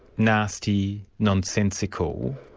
nasty, nonsensical